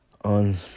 on